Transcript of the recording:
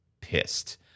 pissed